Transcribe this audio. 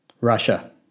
Russia